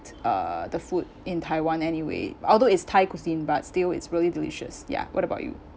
uh the food in taiwan anyway although it's thai cuisine but still it's really delicious ya what about you